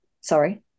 Sorry